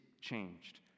changed